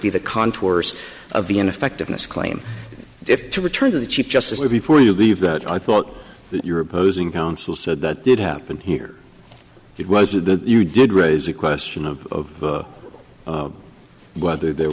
be the contours of the ineffectiveness claim to return to the chief justice or before you leave that i thought that your opposing counsel said that did happen here it wasn't that you did raise the question of whether there